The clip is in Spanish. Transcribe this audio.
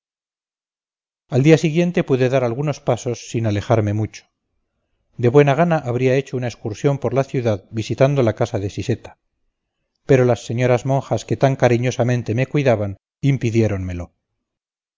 al día siguiente pude dar algunos pasos sin alejarme mucho de buena gana habría hecho una excursión por la ciudad visitando la casa de siseta pero las señoras monjas que tan cariñosamente me cuidaban impidiéronmelo